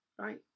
right